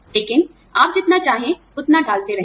लेकिन आप जितना चाहें उतना डालते रहें